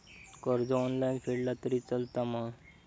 कर्ज ऑनलाइन फेडला तरी चलता मा?